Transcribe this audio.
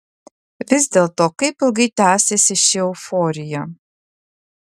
vis dėlto kaip ilgai tęsiasi ši euforija